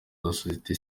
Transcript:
sosiyete